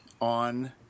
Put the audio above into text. on